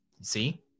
See